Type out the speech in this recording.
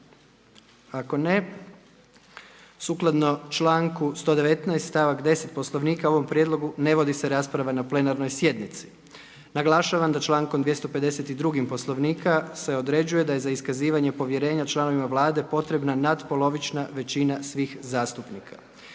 Nema ga. Sukladno članku 119. stavak 10. Poslovnika o ovom prijedlogu ne vodi se rasprava na plenarnoj sjednici. Naglašavam da člankom 252. Poslovnika se određuje da je za iskazivanje povjerenja članovima Vlade potrebna natpolovična većina svih zastupnika.